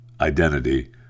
identity